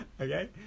Okay